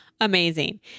amazing